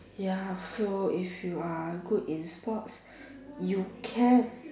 ya so if you are good in sports you can